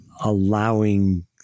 Allowing